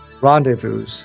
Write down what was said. rendezvous